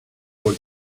for